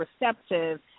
receptive